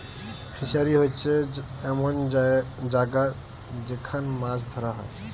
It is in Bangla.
ফিসারী হোচ্ছে এমন জাগা যেখান মাছ ধোরা হয়